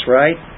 right